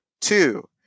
Two